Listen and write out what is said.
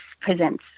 presents